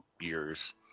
years